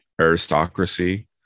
aristocracy